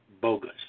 bogus